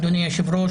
אדוני היושב-ראש,